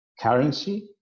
Currency